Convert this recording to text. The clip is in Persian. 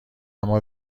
اما